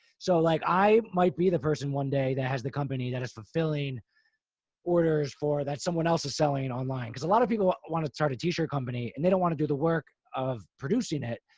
so like, i might be the person one day that has the company that is fulfilling orders for that someone else is selling online. cause a lot of people ah want to start a t-shirt company and they don't want to do the work of producing it.